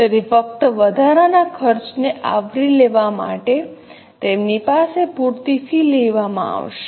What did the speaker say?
તેથી ફક્ત વધારાના ખર્ચને આવરી લેવા માટે તેમની પાસે પૂરતી ફી લેવામાં આવશે